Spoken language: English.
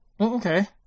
Okay